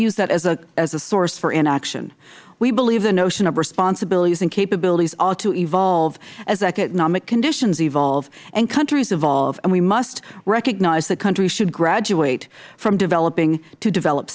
use that as a source for inaction we believe the notion of responsibilities and capabilities ought to evolve as economic conditions evolve and countries evolve and we must recognize that countries should graduate from developing to develop